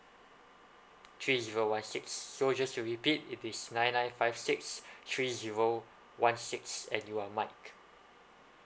three zero one six so just to repeat it is nine nine five six three zero one six and you are mike